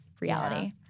reality